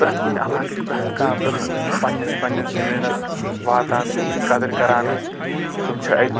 پرٛٮ۪تھ کُنہِ علاقٕکۍ پرٛٮ۪تھ کانٛہہ لُکھ پنہٕ نِس پنہٕ نِس زمیٖنس واتان تِم چھ قدٕر کران حظ تِم چھ اَتہِ